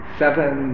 seven